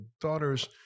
daughter's